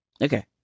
Okay